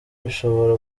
bishobora